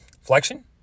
flexion